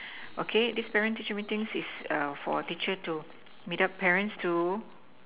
okay this parent teacher meeting is err for teacher to meet up parents to